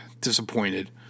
disappointed